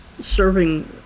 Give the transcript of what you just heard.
serving